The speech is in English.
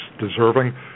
deserving